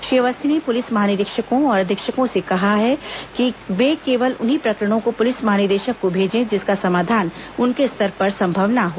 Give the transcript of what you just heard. श्री अवस्थी ने पुलिस महानिरीक्षकों और अधीक्षकों से कहा है कि वे केवल उन्हीं प्रकरणों को पुलिस महानिदेशक को भेजे जिसका समाधान उनके स्तर पर संभव न हो